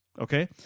Okay